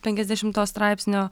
penkiasdešimo straipsnio